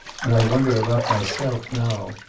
and i wonder about myself now.